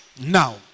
now